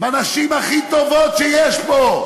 בנשים הכי טובות שיש פה.